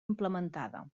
implementada